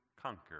conquer